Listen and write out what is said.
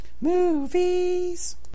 Movies